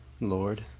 Lord